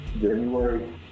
January